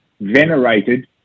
venerated